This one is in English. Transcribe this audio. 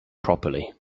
properly